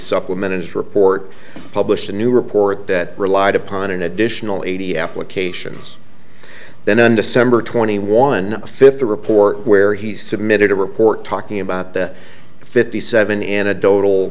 supplement his report published a new report that relied upon an additional eighty applications then december twenty one fifth the report where he submitted a report talking about the fifty seven an